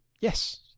yes